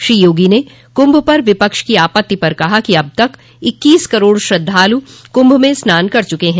श्री योगी ने कुंभ पर विपक्ष की आपत्ति पर कहा कि अब तक इक्कीस करोड़ श्रद्धालु कुंभ में स्नान कर चुके हैं